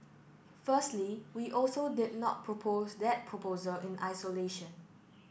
firstly we also did not propose that proposal in isolation